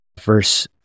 Verse